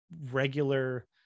regular